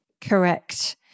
Correct